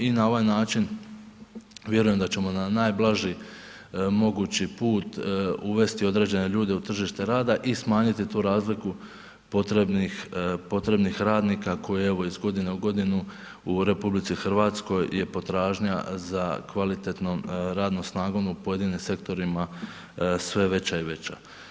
I na ovaj način vjerujem da ćemo na najblaži mogući put uvesti određene ljude na tržište rada i smanjiti tu razliku potrebnih radnika koje evo iz godine u godinu u RH je potražnja za kvalitetnom radnom snagom u pojedinim sektorima sve veća i veća.